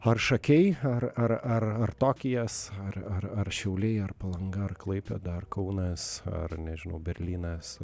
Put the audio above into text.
ar šakiai ar ar ar ar tokijas ar ar ar šiauliai ar palanga ar klaipėda ar kaunas ar nežinau berlynas